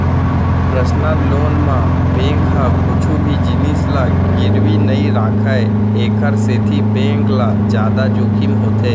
personal loan म bank ह कुछु भी जिनिस ल गिरवी नइ राखय एखर सेती बेंक ल जादा जोखिम होथे